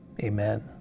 amen